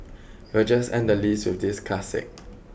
we'll just end the list with this classic